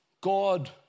God